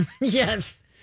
Yes